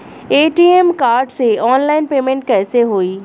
ATM card से online payment कैसे होई?